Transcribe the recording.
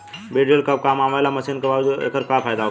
बीज ड्रील कब काम आवे वाला मशीन बा आऊर एकर का फायदा होखेला?